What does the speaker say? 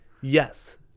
yes